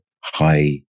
high